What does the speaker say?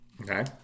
Okay